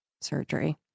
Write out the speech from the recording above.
surgery